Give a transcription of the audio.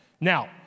Now